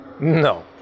no